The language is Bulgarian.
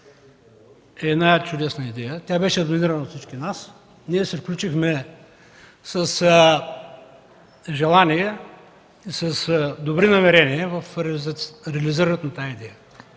е чудесна идея. Тя беше организирана от всички нас. Ние се включихме с желание и с добри намерения в реализирането й. Припомням,